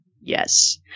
Yes